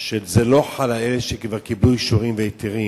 שזה לא חל על אלה שכבר קיבלו אישורים והיתרים.